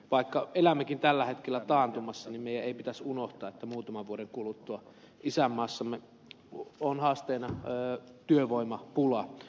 vaikka elämmekin tällä hetkellä taantumassa meidän ei pitäisi unohtaa että muutaman vuoden kuluttua isänmaassamme on haasteena työvoimapula